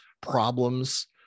problems